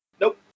Nope